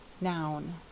noun